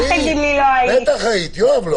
בטח היית.